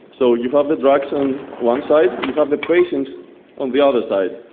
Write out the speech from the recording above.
so you have the drugs on one side, you have the patients on the other side.